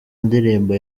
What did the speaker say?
ndirimbo